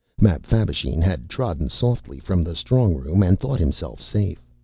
mapfabvisheen had trodden softly from the strongroom and thought himself safe.